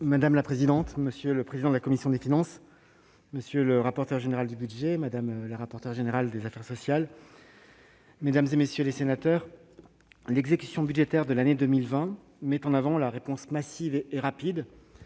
Madame la présidente, monsieur le président de la commission des finances, monsieur le rapporteur général du budget, madame la rapporteure générale de la commission des affaires sociales, mesdames, messieurs les sénateurs, l'exécution budgétaire de l'année 2020 témoigne de la réponse massive et rapide